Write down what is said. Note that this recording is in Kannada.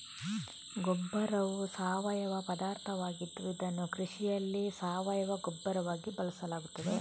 ಗೊಬ್ಬರವು ಸಾವಯವ ಪದಾರ್ಥವಾಗಿದ್ದು ಇದನ್ನು ಕೃಷಿಯಲ್ಲಿ ಸಾವಯವ ಗೊಬ್ಬರವಾಗಿ ಬಳಸಲಾಗುತ್ತದೆ